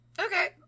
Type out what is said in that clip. Okay